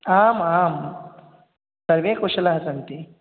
आम् आं सर्वे कुशलाः सन्ति